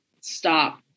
stop